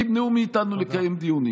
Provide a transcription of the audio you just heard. תמנעו מאיתנו לקיים דיונים.